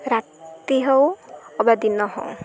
ରାତି ହେଉ ଅବା ଦିନ ହେଉ